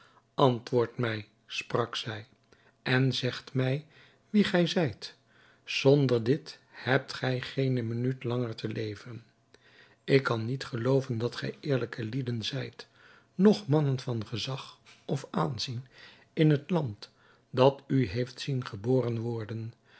antwoordt mij sprak zij en zegt mij wie gij zijt zonder dit hebt gij geene minuut langer te leven ik kan niet gelooven dat gij eerlijke lieden zijt noch mannen van gezag of aanzien in het land dat u heeft zien geboren worden